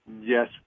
Yes